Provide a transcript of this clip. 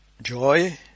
Joy